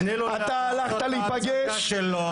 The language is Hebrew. תני לו לעשות את ההצגה שלו.